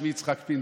שמי יצחק פינדרוס.